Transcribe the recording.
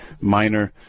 minor